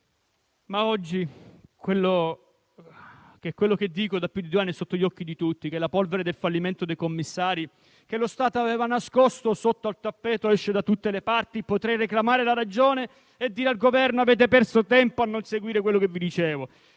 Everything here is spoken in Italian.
dopo che quello che dico da più di due anni è sotto gli occhi di tutti, ossia che la polvere del fallimento dei commissari che lo Stato aveva nascosto sotto al tappeto esce da tutte le parti, potrei reclamare la ragione e dire al Governo che ha perso tempo a non seguire quello che dicevo,